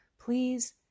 please